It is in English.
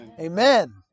Amen